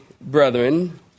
brethren